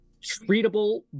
treatable